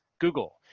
Google